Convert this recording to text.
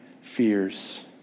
fears